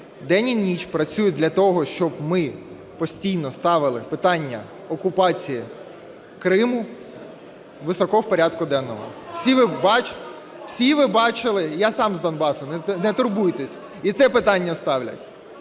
день і ніч працюють для того, щоб ми постійно ставили питання окупації Криму високо в порядку денному. Всі ви бачили… (Шум у залі) Я сам з Донбасу, не турбуйтесь. І це питання ставлять.